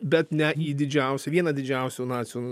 bet ne didžiausią vieną didžiausių nacių